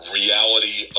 reality